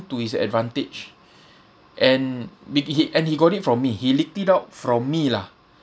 to his advantage and bi~ he and he got it from me he leaked it out from me lah